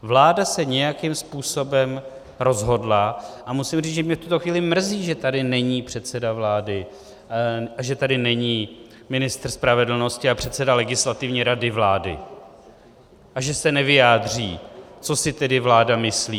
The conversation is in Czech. Vláda se nějakým způsobem rozhodla a musím říct, že mě v tuto chvíli mrzí, že tady není předseda vlády a že tady není ministr spravedlnosti a předseda Legislativní rady vlády a že se nevyjádří, co si tedy vláda myslí.